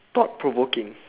thought provoking